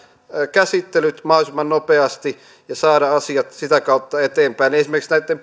käsittelyt mahdollisimman nopeasti ja saada asiat sitä kautta eteenpäin esimerkiksi näitten